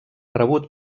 rebut